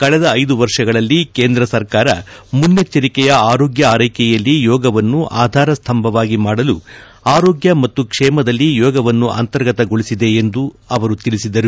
ಕಳೆದ ಐದು ವರ್ಷಗಳಲ್ಲಿ ಕೇಂದ್ರ ಸರ್ಕಾರ ಮುನ್ನೆಚ್ಚರಿಕೆಯ ಆರೋಗ್ಯ ಆರೈಕೆಯಲ್ಲಿ ಯೋಗವನ್ನು ಆಧಾರಸ್ತಂಭವಾಗಿ ಮಾಡಲು ಆರೋಗ್ಯ ಮತ್ತು ಕ್ಷೇಮದಲ್ಲಿ ಯೋಗವನ್ನು ಅಂತರ್ಗತಗೊಳಿಸಿದೆ ಎಂದು ತಿಳಿಸಿದರು